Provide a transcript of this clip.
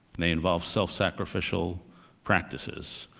they involve self sacrificial practices.